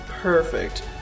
Perfect